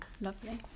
lovely